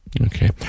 Okay